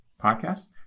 podcast